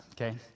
okay